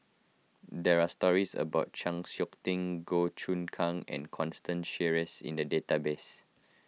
there are stories about Chng Seok Tin Goh Choon Kang and Constance Sheares in the database